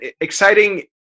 exciting